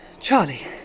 Charlie